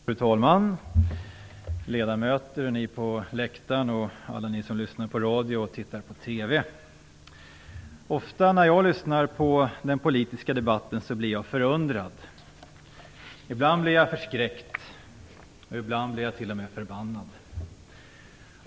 Fru talman! Ledamöter, ni på läktaren och alla ni som lyssnar på radio eller tittar på TV! Ofta när jag lyssnar på den politiska debatten blir jag förundrad. Ibland blir jag förskräckt, och ibland blir jag t.o.m. förbannad.